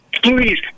Please